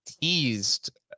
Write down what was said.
teased